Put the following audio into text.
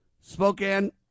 Spokane